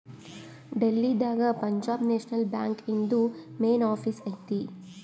ಡೆಲ್ಲಿ ದಾಗ Punjab National Bank ಇಂದು main office ಐತಿ